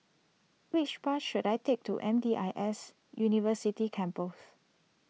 which bus should I take to M D I S University Campus